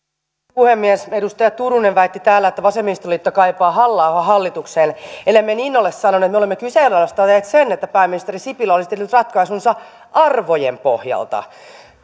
puhemies edustaja turunen väitti täällä että vasemmistoliitto kaipaa halla ahoa hallitukseen emme me niin ole sanoneet me olemme kyseenalaistaneet sen että pääministeri sipilä olisi tehnyt ratkaisunsa arvojen pohjalta